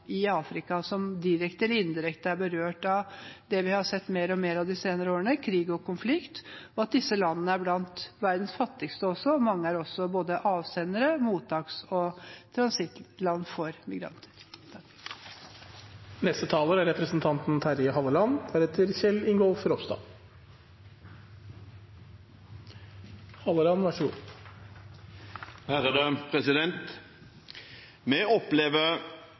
i Afrika, som direkte eller indirekte er berørt av det vi har sett mer og mer av de senere årene, nemlig krig og konflikt. Disse landene er blant verdens fattigste også, og mange er også både avsender-, mottaks- og transittland for migranter. Vi opplever